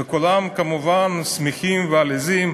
וכולם כמובן שמחים ועליזים,